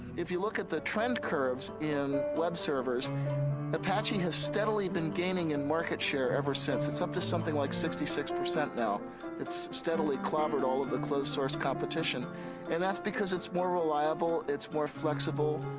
if you look at the trend curves in web servers apache has steadily been gaining a and market share ever since it's up to something like sixty six percent now it's steadily clobbered all of the closed source competition and that's because it's more reliable it's more flexible,